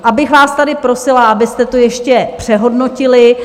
Já bych vás tady prosila, abyste to ještě přehodnotili.